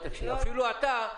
אפילו אתה,